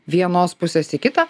vienos pusės į kitą